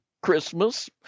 Christmas